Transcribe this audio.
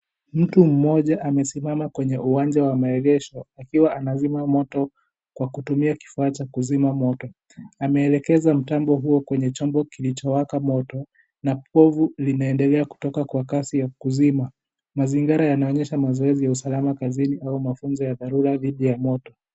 Mtu mmoja amesimama kwenye uwanja wa maegesho, akiwa anazima moto kwa kutumia kifaa cha kuzima moto. Ameelekeza mtambo huu kwenye chombo kilicho waka moto, na bofu linaendelea kutoka kwa kazi ya kuzima. Mazingira yanaonyesha mazoezi ya usalama kazini au mafunzo ya dharura dhidi ya moto.